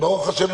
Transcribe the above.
שברוך השם,